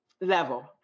level